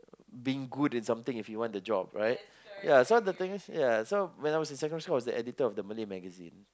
beige good in something if you want the job right ya so the thing ya so when I was in secondary school I was the editor of the Malay magazine